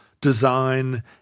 design